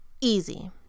easy